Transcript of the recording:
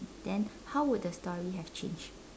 then how would the story have changed